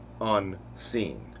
unseen